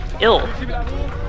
ill